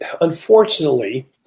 unfortunately